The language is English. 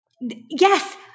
Yes